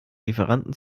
lieferanten